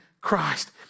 Christ